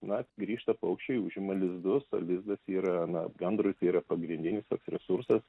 na grįžta paukščiai užima lizdus o lizdas yra na gandrui tai yra pagrindinis resursas